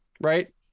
Right